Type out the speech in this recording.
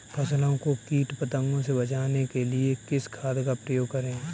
फसलों को कीट पतंगों से बचाने के लिए किस खाद का प्रयोग करें?